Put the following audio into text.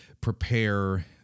prepare